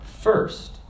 first